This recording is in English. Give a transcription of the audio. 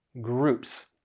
groups